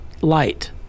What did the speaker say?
light